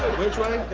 which way?